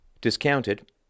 discounted